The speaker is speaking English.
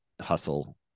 hustle